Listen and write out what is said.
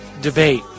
debate